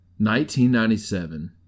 1997